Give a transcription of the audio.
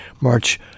March